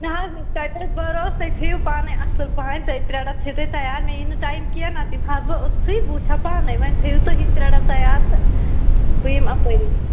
نہَ حظ تَتہِ حظ بروسہٕ تُہۍ تھٲیِو پانَے اَصٕل پہم تُہۍ ترٛےٚ ڈَبہٕ تھٲوِو تُہۍ تَیار مےٚ یِیہِ نہٕ ٹایِم کیٚنٛہہ نَتہٕ یِمہٕ ہا بہٕ اوٚتتھٕے بہٕ وُچھٕ ہا پانَے وۅنۍ تھٲوِو تُہی ترٛےٚ ڈَبہٕ تَیار تہٕ بہٕ یِمہٕ اَپٲری